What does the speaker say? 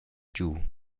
giu